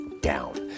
down